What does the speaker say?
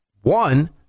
One